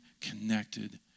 connected